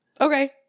okay